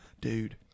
Dude